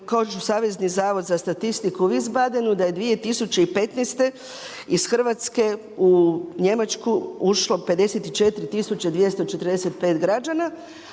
kaže Savezni zavod za statistiku, …/Govornik se ne razumije./…da je 2015. iz Hrvatske u Njemačku ušlo 54 245 građana,